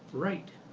right.